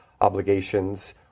obligations